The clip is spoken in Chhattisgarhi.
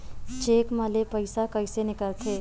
चेक म ले पईसा कइसे निकलथे?